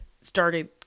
started